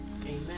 Amen